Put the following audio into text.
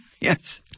Yes